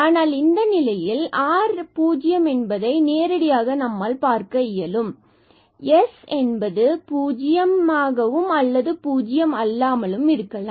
ஆனால் இந்த நிலையில் நேரடியாக r0ஐ நம்மால் பார்க்க இயலும் எனவே s 0 அல்லது 0 அல்லாமலும் இருக்கலாம்